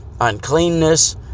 uncleanness